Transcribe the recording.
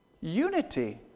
unity